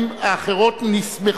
תגידי לי.